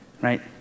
right